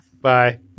Bye